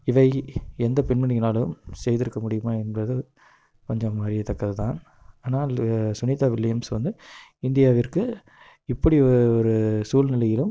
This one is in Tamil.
இவை எந்த பெண்மணியினாலும் செய்திருக்க முடியுமா என்பது கொஞ்சம் அரியத்தக்கதுதான் ஆனால் இது சுனிதா வில்லியம்ஸ் வந்து இந்தியாவிற்கு இப்படி ஒரு சூழ்நிலையிலும்